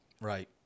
Right